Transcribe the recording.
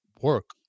work